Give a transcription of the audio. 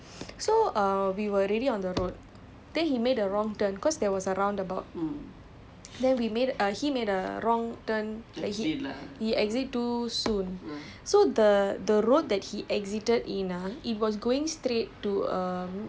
then okay so err we were we were we were going to like this neighbourhood mall lah so err we were already on the road then he made a wrong turn cause there was a roundabout then we made a he made a wrong turn like he exit too soon